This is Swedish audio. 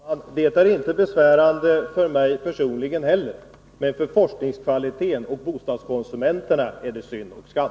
Herr talman! Det är inte besvärande för mig personligen heller, men ur forskningskvalitetens och bostadskonsumenternas synvinkel är det synd och skam.